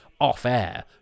off-air